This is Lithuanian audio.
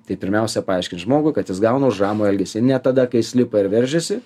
tai pirmiausia paaiškint žmogui kad jis gauna už ramų elgesį ne tada kai jis lipa ir veržiasi